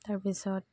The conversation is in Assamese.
তাৰপিছত